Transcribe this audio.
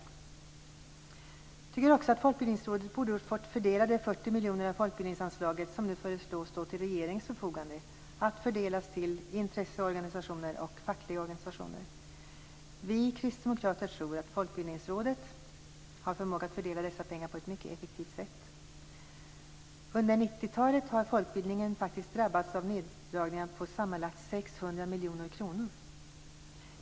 Vi tycker också att Folkbildningsrådet borde ha fått fördela de 40 miljoner kronor av folkbildningsanslaget som nu föreslås stå till regeringens förfogande att fördelas till intresseorganisationer och fackliga organisationer. Vi kristdemokrater tror att Folkbildningsrådet har förmåga att fördela dessa pengar på ett mycket effektivt sätt. Under 90-talet har folkbildningen faktiskt drabbats av neddragningar på sammanlagt 600 miljoner kronor.